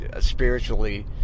spiritually